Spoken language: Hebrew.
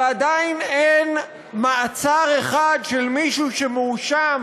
ועדיין אין מעצר אחד של מישהו שמואשם,